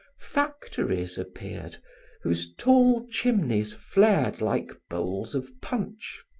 factories appeared whose tall chimneys flared like bowls of punch.